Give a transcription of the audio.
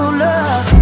love